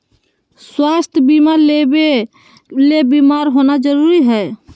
स्वास्थ्य बीमा लेबे ले बीमार होना जरूरी हय?